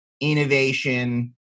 innovation